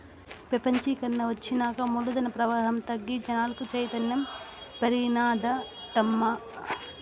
పెపంచీకరన ఒచ్చినాక మూలధన ప్రవాహం తగ్గి జనాలకు చైతన్యం పెరిగినాదటమ్మా